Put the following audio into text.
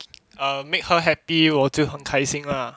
err make her happy 我就很开心 lah